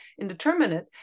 indeterminate